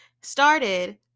started